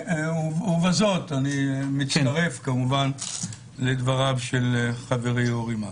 ובזאת אני מצטרף כמובן לדבריו של חברי אורי מקלב.